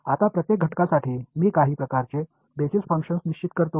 आता प्रत्येक घटकासाठी मी काही प्रकारचे बेसिस फंक्शन्स निश्चित करतो